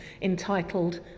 entitled